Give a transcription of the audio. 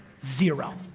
zero.